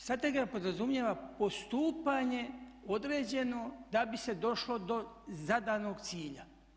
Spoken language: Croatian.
Strategija podrazumijeva postupanje određeno da bi se došlo do zadanog cilja.